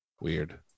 Weird